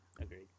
Agreed